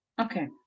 Okay